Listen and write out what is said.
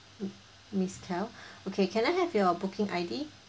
miss kal okay can I have your booking I_D